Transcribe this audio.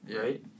right